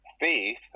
faith